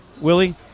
Willie